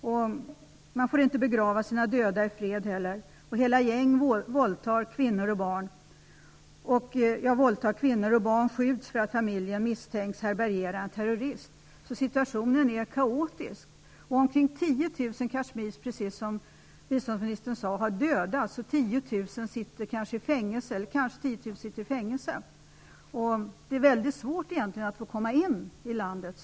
Dessutom får man inte begrava sina döda i fred. Hela gäng våldtar kvinnor, och barn skjuts i den familj som misstänks härbärgera en terrorist. Situationen är således kaotisk. Omkring 10 000 kashmirier har dödats, som biståndsministern sade. Vidare är det kanske 10 000 som sitter i fängelse. Det är väldigt svårt att få tillstånd att komma in i landet.